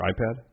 iPad